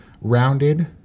rounded